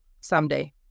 someday